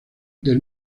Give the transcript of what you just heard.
del